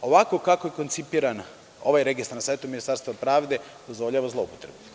Ovako kako je koncipiran ovaj registar na sajtu Ministarstva pravde, dozvoljava zloupotrebe.